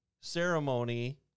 ceremony